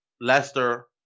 Leicester